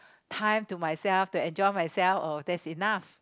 time to myself to enjoy myself oh that's enough